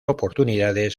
oportunidades